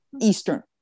eastern